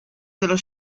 dello